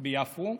ביפו.